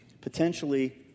Potentially